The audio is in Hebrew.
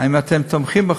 האם אתם תומכים בחוק?